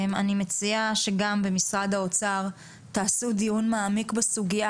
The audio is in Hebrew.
אני מציעה שגם במשרד האוצר תעשו דיון מעמיק בסוגיה